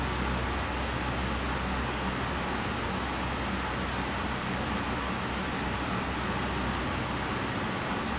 then like it will give me like sinus lah so when I wake up I usually like sneeze then like all the sinus all come out